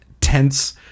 tense